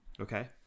Okay